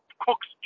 cooks